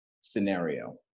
scenario